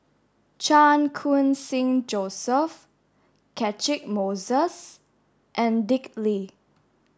Chan Khun Sing Joseph Catchick Moses and Dick Lee